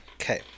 Okay